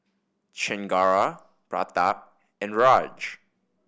Chengara Pratap and Raj